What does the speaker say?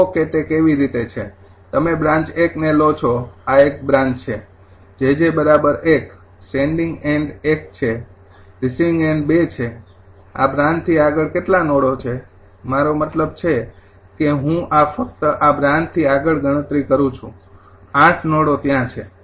જુઓ કે તે કેવી રીતે છે તમે બ્રાન્ચ ૧ ને લો છો આ એક બ્રાન્ચ છે 𝑗𝑗 ૧ સેંડિંગ એન્ડ ૧ છેરિસીવિંગ એન્ડ ૨ છે આ બ્રાન્ચ થી આગળ કેટલા નોડો છે મારો મતલબ કે હું ફક્ત આ બ્રાન્ચથી આગળ ગણતરી કરું છું ૮ નોડો ત્યાં છે